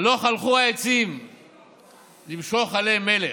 הלוך הלכו העצים למשוח עליהם מלך,